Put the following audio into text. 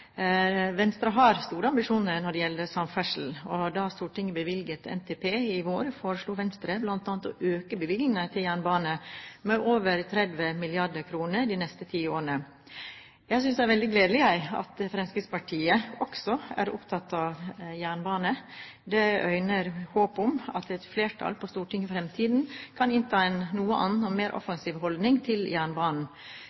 Venstre har store ambisjoner når det gjelder samferdsel. Da Stortinget bevilget i forbindelse med NTP i vår, foreslo Venstre bl.a. å øke bevilgningene til jernbane med over 30 mrd. kr de neste ti årene. Jeg synes det er veldig gledelig at Fremskrittspartiet også er opptatt av jernbane. Det øynes håp om at et flertall på Stortinget i fremtiden kan innta en noe annen og mer